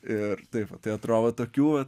ir tai va tai atrodo va tokių